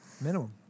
Minimum